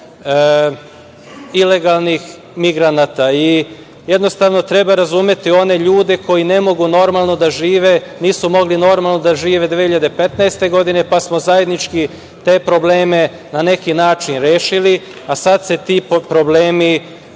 ilegalnih migranata. Jednostavno, treba razumeti one ljudi koji ne mogu normalno da žive, nisu mogli normalno da žive 2015. godine, pa smo zajednički te probleme na neki način rešili, a sada se ti problemi